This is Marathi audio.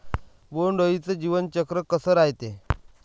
बोंड अळीचं जीवनचक्र कस रायते?